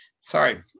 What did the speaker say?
Sorry